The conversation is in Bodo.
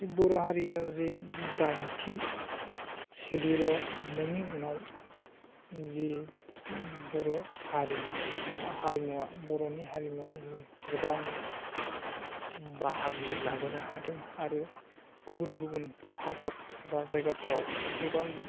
बर' हारिया जे दाइनथि सेडुलाव हाबनायनि उनाव जि बर' हारिनि हारिमुआ बर'नि हारिमुआ जे गोबां बाहागो लाबोनो हादों आरो गुबुन गुबुन हादर एबा जायगाफोराव गोबां